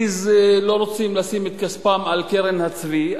כי הם לא רוצים לשים את כספם על קרן הצבי,